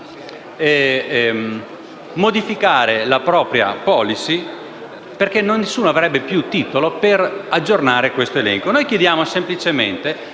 modificare la propria *policy* perché nessuno avrebbe più titolo per aggiornare questo elenco. Noi chiediamo semplicemente